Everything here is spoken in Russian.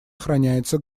охраняется